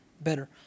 better